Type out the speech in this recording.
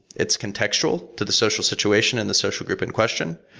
it's contextual to the social situation and the social group in question,